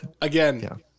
Again